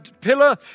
pillar